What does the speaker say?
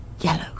yellow